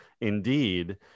indeed